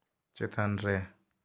ᱪᱮᱛᱟᱱ ᱨᱮ